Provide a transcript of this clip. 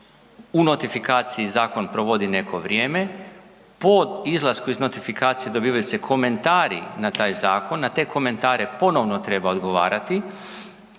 u notifikaciji zakon provodi neko vrijeme, po izlasku iz notifikacije dobivaju se komentari na taj zakon, na te komentare ponovno treba odgovarati.